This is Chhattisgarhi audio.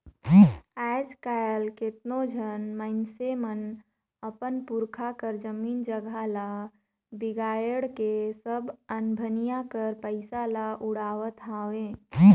आएज काएल केतनो झन मइनसे मन अपन पुरखा कर जमीन जगहा ल बिगाएड़ के सब अनभनिया कर पइसा ल उड़ावत अहें